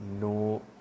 no